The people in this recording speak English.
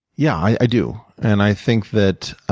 yeah, i do. and i think that